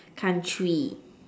country